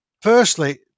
firstly